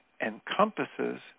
encompasses